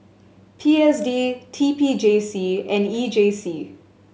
P S D T P J C and E J C